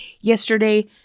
Yesterday